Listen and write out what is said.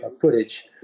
footage